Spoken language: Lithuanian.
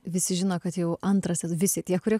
visi žino kad jau antras visi tie kurie